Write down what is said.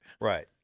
Right